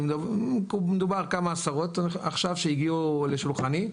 מדובר על כמה עשרות עכשיו שהגיעו לשולחנו,